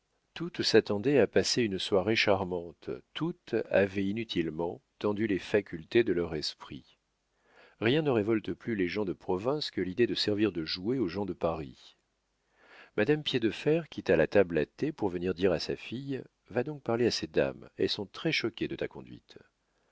toutes s'attendaient à passer une soirée charmante toutes avaient inutilement tendu les facultés de leur esprit rien ne révolte plus les gens de province que l'idée de servir de jouet aux gens de paris madame piédefer quitta la table à thé pour venir dire à sa fille va donc parler à ces dames elles sont très choquées de ta conduite